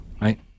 Right